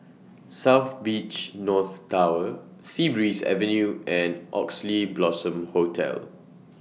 South Beach North Tower Sea Breeze Avenue and Oxley Blossom Hotel